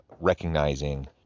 recognizing